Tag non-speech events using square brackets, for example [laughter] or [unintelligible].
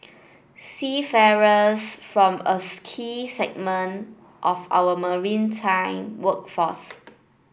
seafarers form a [unintelligible] key segment of our maritime workforce